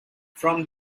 from